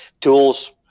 Tools